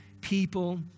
people